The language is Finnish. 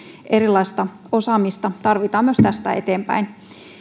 erilaista osaamista tarvitaan myös tästä eteenpäin